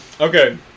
Okay